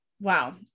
wow